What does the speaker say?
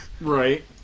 Right